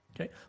Okay